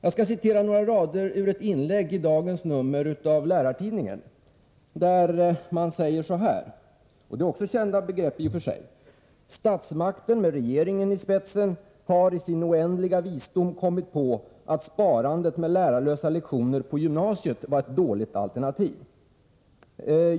Jag skall citera några rader ur ett inlägg i det nummer av Lärartidningen som kommer ut i dag. Där står följande, som i och för sig är kända begrepp: ”Statsmakten med regeringen i spetsen har i sin oändliga visdom —-- kommit på att sparandet med lärarlösa lektioner på gymnasiet var ett dåligt alternativ.